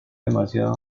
demasiado